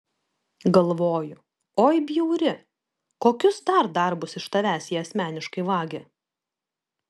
galvoju oi bjauri kokius dar darbus iš tavęs jie asmeniškai vagia